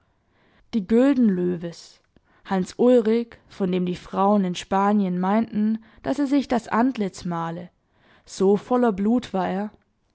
die gyldenlöves hans ulrik von dem die frauen in spanien meinten daß er sich das antlitz male so voller blut war er